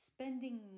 spending